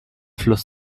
fluss